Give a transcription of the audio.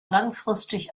langfristig